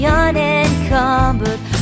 unencumbered